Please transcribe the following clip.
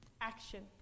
action